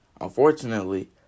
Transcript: unfortunately